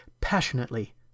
passionately